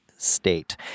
state